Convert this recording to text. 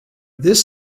this